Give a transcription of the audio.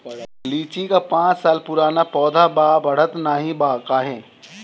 लीची क पांच साल पुराना पौधा बा बढ़त नाहीं बा काहे?